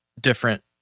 different